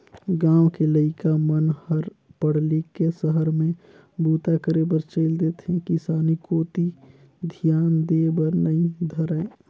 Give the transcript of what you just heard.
गाँव के लइका मन हर पढ़ लिख के सहर में बूता करे बर चइल देथे किसानी कोती धियान देय बर नइ धरय